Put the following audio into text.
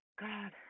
God